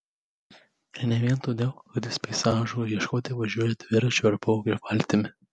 ir ne vien todėl kad jis peizažų ieškoti važiuoja dviračiu ar plaukia valtimi